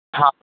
हा